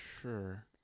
Sure